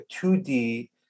2D